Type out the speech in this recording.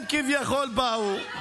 הם כביכול באו,